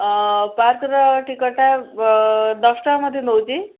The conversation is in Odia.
ଅ ପାର୍କର ଟିକେଟ୍ଟା ଦଶ ଟଙ୍କା ବୋଧେ ନଉଛି